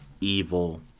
evil